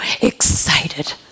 excited